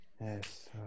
Yes